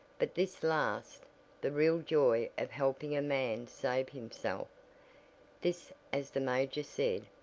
but this last the real joy of helping a man save himself this as the major said,